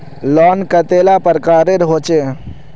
Loan कतेला प्रकारेर होचे?